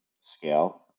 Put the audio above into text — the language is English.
scale